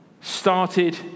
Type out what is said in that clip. Started